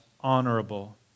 honorable